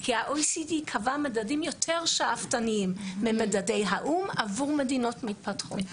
כי ה-OECD קבע מדדים יותר שאפתניים ממדדי האו"ם עבור מדינות מתפתחות.